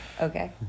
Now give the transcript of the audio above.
Okay